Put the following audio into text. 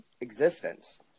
existence